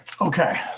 Okay